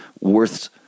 worth